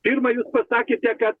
pirma jūs pasakėte kad